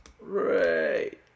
Right